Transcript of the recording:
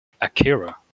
Akira